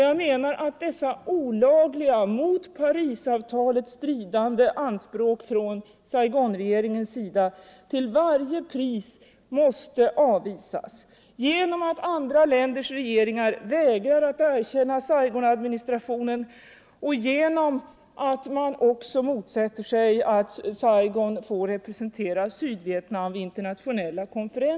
Jag menar att dessa olagliga, mot Parisavtalet stridande anspråk från Saigonregeringen till varje pris måste avvisas genom att andra länders regeringar vägrar att erkänna Saigonadministrationen och också genom att man motsätter sig att Saigon får representera Sydvietnam vid internationella konferenser.